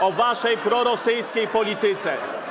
o waszej prorosyjskiej polityce.